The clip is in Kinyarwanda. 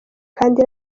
kandi